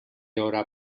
haurà